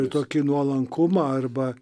ir tokį nuolankumą arba